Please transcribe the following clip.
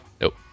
Nope